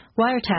Wiretap